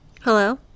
Hello